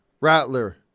Rattler